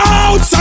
out